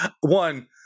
one